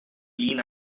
clean